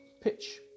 pitch